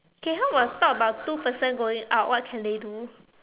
K how about talk about two person going out what can they do